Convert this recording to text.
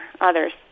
others